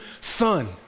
son